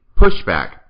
pushback